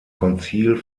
konzil